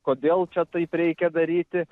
kodėl čia taip reikia daryti